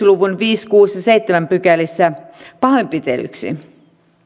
luvun pykälissä viisi kuusi ja seitsemän pahoinpitelyksi